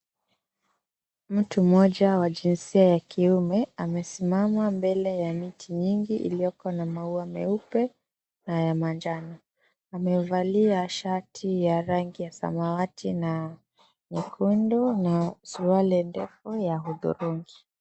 Mtu mmoja wa jinsia ya kiume amesimama mbele ya miti nyingi iliyoko na maua meupe na ya manjano. Amevalia shati ya rangi ya samawati na nyekundu na suruali ndogo ya hudhurungi.